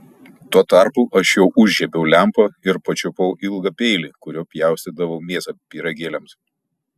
tuo tarpu aš jau užžiebiau lempą ir pačiupau ilgą peilį kuriuo pjaustydavau mėsą pyragėliams